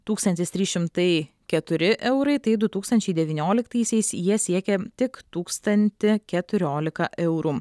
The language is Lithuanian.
tūkstantis trys šimtai keturi eurai tai du tūkstančiai devynioliktaisiais jie siekia tik tūkstantį keturiolika eurų